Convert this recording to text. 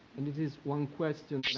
and this is one question,